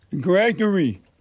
Gregory